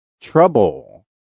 Trouble